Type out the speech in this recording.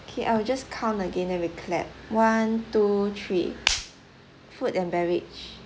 okay I will just count again then we clap one two three food and beverage